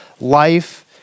life